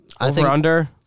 Over-under